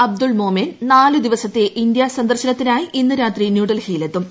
അബ്ദുൾ മൊമെൻ നാലു ദിവസത്തെ ഇന്ത്യ സന്ദർശനത്തിനായി ഇന്ന് രാത്രി ന്യൂഡൽഹിയിലെത്തും